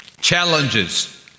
Challenges